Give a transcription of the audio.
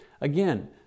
Again